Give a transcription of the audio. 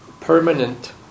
permanent